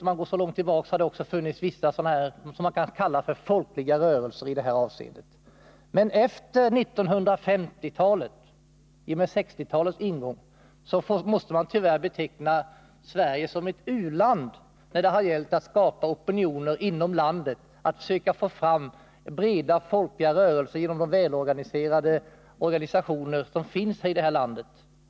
Om man går så långt tillbaka i tiden, finner man att det också har funnits vissa, vad man kan kalla folkliga, rörelser i det hänseendet. Men i och med 1960-talets ingång måste man tyvärr beteckna Sverige som ett u-land när det gällt att skapa opinioner inom landet, att söka få fram bred folklig anslutning genom de välorganiserade rörelser som finns i det här landet.